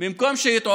במקום שיתפטר,